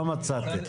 לא מצאתי.